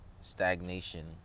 stagnation